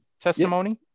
testimony